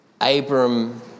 Abram